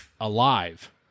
alive